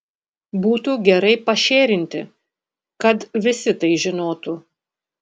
būtų gerai pašėrinti kad visi tai žinotų